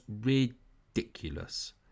ridiculous